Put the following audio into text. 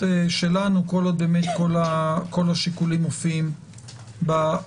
שלנו כל עוד כל השיקולים מופיעים בחקיקה.